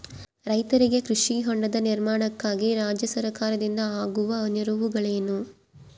ರೈತರಿಗೆ ಕೃಷಿ ಹೊಂಡದ ನಿರ್ಮಾಣಕ್ಕಾಗಿ ರಾಜ್ಯ ಸರ್ಕಾರದಿಂದ ಆಗುವ ನೆರವುಗಳೇನು?